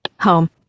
home